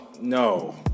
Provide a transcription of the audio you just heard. No